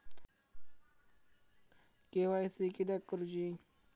KYC किदयाक करूची?